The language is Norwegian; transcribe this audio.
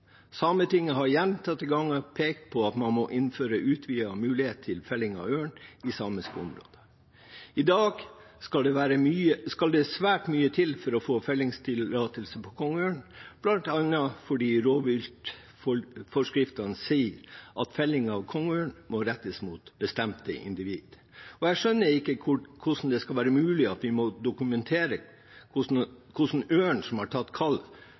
Sametinget har gjentatte ganger pekt på at man må innføre utvidede muligheter til felling av ørn i samisk område. I dag skal det svært mye til for å få fellingstillatelse på kongeørn, bl.a. fordi rovviltforskriftene sier at fellingen av kongeørn må rettes mot bestemte individer. Jeg skjønner ikke hvordan det skal være mulig at vi må dokumentere hvilken ørn som har tatt